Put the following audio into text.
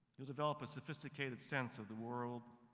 develop a sophisticated sense of the world.